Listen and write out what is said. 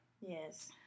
Yes